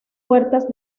puertas